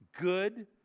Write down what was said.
good